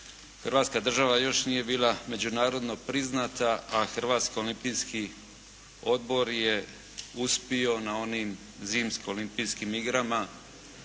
Hrvatska država još nije bila međunarodno priznata a Hrvatski olimpijski odbor je uspio na onim zimskim olimpijskim igrama